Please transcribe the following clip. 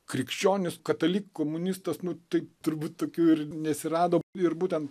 krikščionis katalikkomunistas nu tai turbūt tokių ir nesirado ir būtent